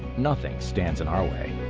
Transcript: nothing stands in our way.